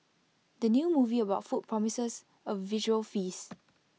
the new movie about food promises A visual feast